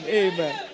amen